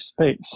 space